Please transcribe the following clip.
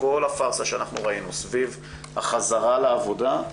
כל הפרסה שאנחנו ראינו סביב החזרה לעבודה,